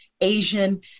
Asian